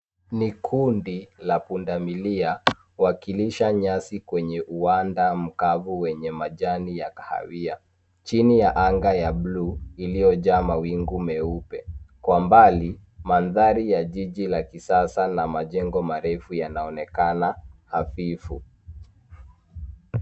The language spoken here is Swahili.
Ni kundi la punda milia wakilisha nyasi kwenye uwanda mkavu wenye majani ya kahawia chini ya angaa ya buluu iliyojaa mawingu meupe. Kwa mbali ,mandhari ya jiji la kisasa na majengo marefu yanaonekana hafifu.